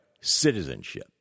citizenship